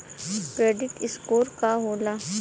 Credit score का होला?